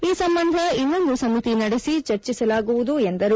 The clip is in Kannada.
ಈ ಸಂಬಂಧ ಇನ್ನೊಂದು ಸಮಿತಿ ನಡೆಸಿ ಚರ್ಚಿಸಲಾಗುವುದು ಎಂದರು